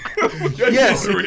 Yes